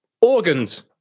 organs